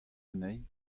anezhi